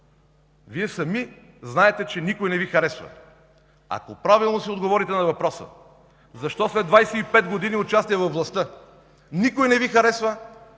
Вие сами знаете, че никой не Ви харесва. Ако правилно си отговорите на въпроса: защо след 25 години участие във властта никой не Ви харесва,